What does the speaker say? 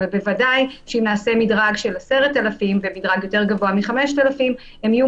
אבל בוודאי אם נעשה מדרג של 10,000 ומדרג יותר גבוה מ-5,000 הם יהיו